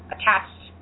attached